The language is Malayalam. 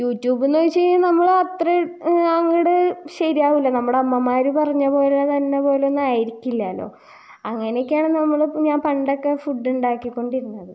യൂട്യുബ് വച്ച് കഴിഞ്ഞാൽ നമ്മൾ ഇത്രയും അങ്ങട്ട് ശെരിയാവൂല നമ്മടെ അമ്മമാർ പറഞ്ഞത് പോലെ തന്നെ പോലെ ഒന്നും ആയിരിക്കില്ലല്ലൊ അങ്ങനെ ഒക്കെയാണ് നമ്മൾ ഇപ്പം ഞാൻ പണ്ടൊക്കെ ഫുഡ്ഡുണ്ടാക്കി കൊണ്ടിരുന്നത്